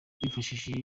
twifashishije